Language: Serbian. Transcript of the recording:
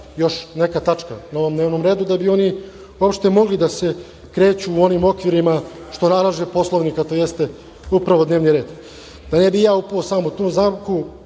još neka tačka na ovom dnevnom redu da bi oni uopšte mogli da se kreću u onim okvirima što nalaže Poslovnik, a to jeste upravo dnevni red. Da ne bih ja upao sam u tu zamku,